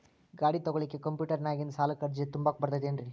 ಗಾಡಿ ತೊಗೋಳಿಕ್ಕೆ ಕಂಪ್ಯೂಟೆರ್ನ್ಯಾಗಿಂದ ಸಾಲಕ್ಕ್ ಅರ್ಜಿ ತುಂಬಾಕ ಬರತೈತೇನ್ರೇ?